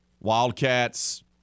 Wildcats